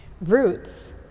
Roots